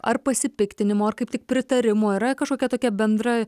ar pasipiktinimo ar kaip tik pritarimo yra kažkokia tokia bendra